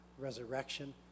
resurrection